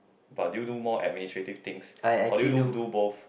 but do you do more administrative things or do you do do both